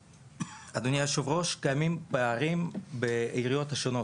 אדוני היושב ראש, קיימים פערים בעיריות השונות.